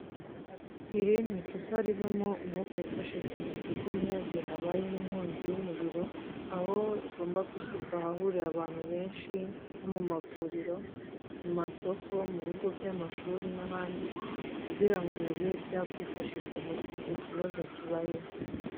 Iri ni icupa ribamo umwuka wifashishwa mu kuzimya igihe habayeho inkongi y'umuriro, aho rigomba gushyirwa ahahurira abantu benshi nko mu mavuriro, mu masoko, mu bigo by'amashuri n'ahandi kugira ngo bibe byakwifashishwa mu gihe icyo kibazo kibayeho.